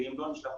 לא נפגש איתם,